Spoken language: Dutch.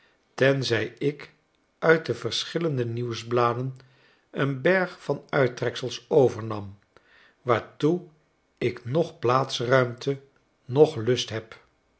tenzy ik uit de verschillende nieuwsbladen een berg van uittreksels overnam waartoe ik nog plaatsruimte noch lust heb